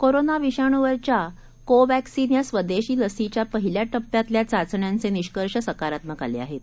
कोरोनाविषाणूवरच्याकोवॅक्सिन स्वदेशीलसीच्यापहिल्याटप्प्यातल्याचाचण्यांचेनिष्कर्षसकारात्मकआलेआहेत